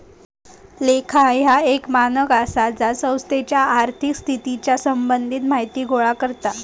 लेखा ह्या एक मानक आसा जा संस्थेच्या आर्थिक स्थितीच्या संबंधित माहिती गोळा करता